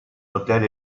hôtel